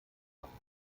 machen